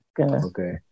okay